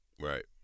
right